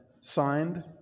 signed